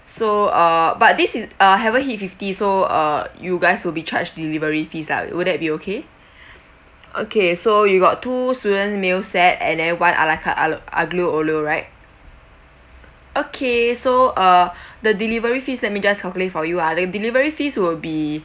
so uh but this is uh haven't hit fifty so uh you guys will be charged delivery fees lah will that be okay okay so you got two student meal set and then one ala carte agl~ aglio olio right okay so uh the delivery fees let me just calculate for you ah the delivery fees will be